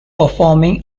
performing